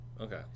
Okay